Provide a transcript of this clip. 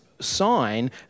sign